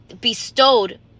bestowed